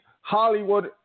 Hollywood